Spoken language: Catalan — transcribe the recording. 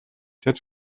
cents